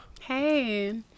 Hey